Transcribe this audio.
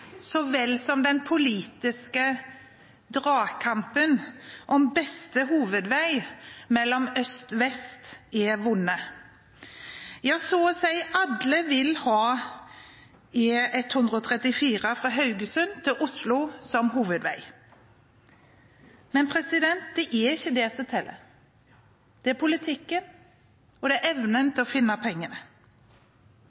så vel som den politiske drakampen om beste hovedvei mellom øst og vest er vond. Så å si alle vil ha E134 fra Haugesund til Oslo som hovedvei, men det er ikke det som teller. Det er politikken, og det er evnen